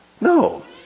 No